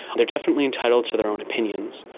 they're definitely entitled to their own opinions,